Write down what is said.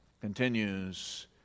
continues